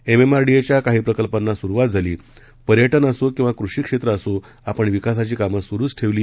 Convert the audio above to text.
एमएमआरडीएच्या काही प्रकल्पांना सुरुवात झाली पर्यटन असो किवा कृषी क्षद्व असो आपण विकासाची कामं सुरूच ठक्की